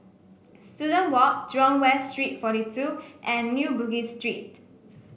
Student Walk Jurong West Street forty two and New Bugis Street